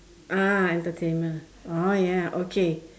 ah entertainment oh ya okay